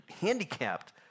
handicapped